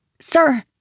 Sir